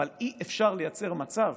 אבל אי-אפשר לייצר מצב